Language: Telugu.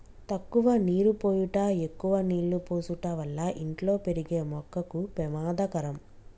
తక్కువ నీరు పోయుట ఎక్కువ నీళ్ళు పోసుట వల్ల ఇంట్లో పెరిగే మొక్కకు పెమాదకరం